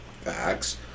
Facts